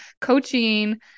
coaching